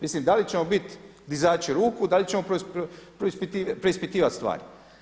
Mislim da li ćemo biti dizači ruku, da li ćemo preispitivati stvari.